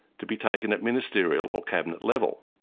to be taken at ministerial or cabinet level.